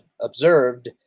observed